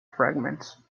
fragments